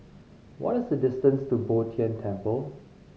what is the distance to Bo Tien Temple